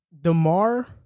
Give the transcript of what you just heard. DeMar